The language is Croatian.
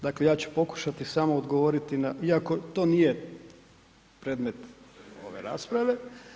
Dakle, ja ću pokušati samo odgovoriti na, iako to nije predmet ove rasprave.